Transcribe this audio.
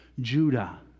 Judah